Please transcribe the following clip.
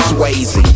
Swayze